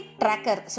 tracker